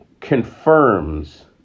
confirms